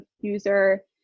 user